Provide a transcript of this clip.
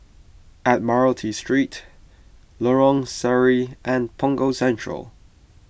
Admiralty Street Lorong Sari and Punggol Central